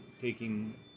taking